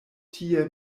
tie